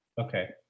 okay